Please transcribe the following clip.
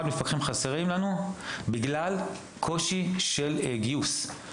מפקחים של חסרים לנו בגלל קושי של גיוס.